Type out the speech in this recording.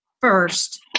first